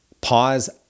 pause